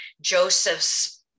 Joseph's